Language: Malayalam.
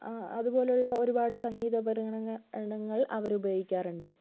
ആ അതുപോലെയുള്ള ഒരുപാട് സംഗീത ഉപകരണങ്ങൾ അവരുപയോഗിക്കാറുണ്ട്